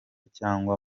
cyangwa